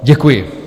Děkuji.